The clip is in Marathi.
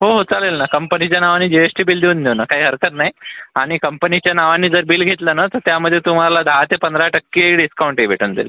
हो चालेल ना कंपनीच्या नावाने जीएसटी बिल देऊन द्या ना काही हरकत नाही आणि कंपनीच्या नावाने जर बिल घेतलं ना तर त्यामध्ये तुम्हाला दहा ते पंधरा टक्के डिस्काऊंटही भेटून जाईल